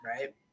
right